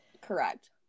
Correct